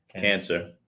cancer